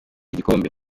igikombe